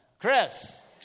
Chris